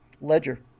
ledger